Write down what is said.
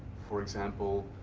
for example,